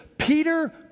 Peter